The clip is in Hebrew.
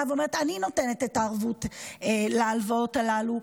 ואומרת: אני נותנת את הערבות להלוואות הללו,